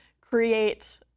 create